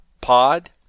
Pod